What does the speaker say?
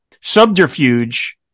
subterfuge